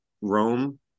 Rome